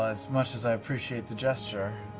ah as much as i appreciate the gesture,